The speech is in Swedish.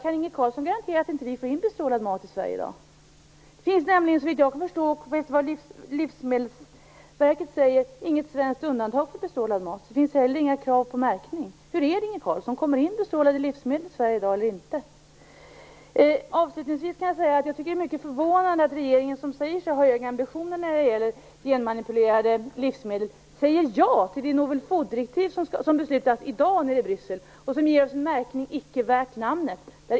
Kan Inge Carlsson garantera att vi inte får in bestrålad mat i Sverige i dag? Såvitt jag kan förstå och enligt vad Livsmedelsverket säger finns det inget svenskt undantag från bestrålad mat. Det finns inte heller några krav på märkning. Hur är det Inge Carlsson, kommer det in bestrålade livsmedel till Sverige eller inte? Avslutningsvis tycker jag att det är mycket förvånande att regeringen, som säger sig ha höga ambitioner när det gäller genmanipulerade livsmedel, säger ja till det novelle-food-direktiv som skall beslutas i dag i Bryssel och som innebär en märkning icke värd namnet.